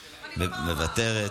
מוותרת,